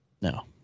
No